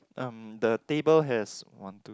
um the table has one two